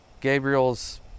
Gabriel's